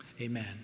Amen